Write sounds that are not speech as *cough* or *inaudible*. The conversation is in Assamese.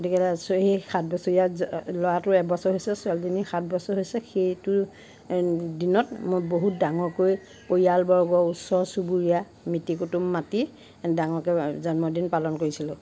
গতিকে *unintelligible* সেই সাতবছৰীয়া *unintelligible* ল'ৰাটোৰ এবছৰ হৈছে ছোৱালীজনীৰ সাত বছৰ হৈছে সেইটো দিনত মই বহুত ডাঙৰকৈ পৰিয়ালবৰ্গ ওচৰ চুবুৰীয়া মিতিৰ কুতুম মাতি ডাঙৰকৈ জন্মদিন পালন কৰিছিলোঁ